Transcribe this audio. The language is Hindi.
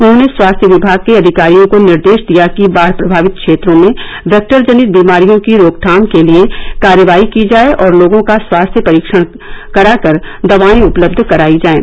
उन्होंने स्वास्थ्य विभाग के अधिकारियों को निर्देश दिया कि बाढ प्रभावित क्षेत्रों में वेक्टरजनित बीमारियों की रोकथाम के लिए कार्यवाही की जाए और लोगों का स्वास्थ्य परीक्षण कर दवाएं उपलब्ध करायी जाएं